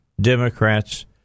Democrats